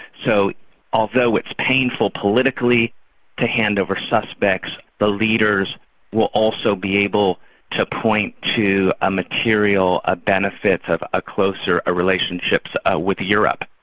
so although it's painful politically to hand over suspects, the leaders will also be able to point to a material ah benefit of ah closer ah relationships ah with europe,